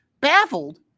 baffled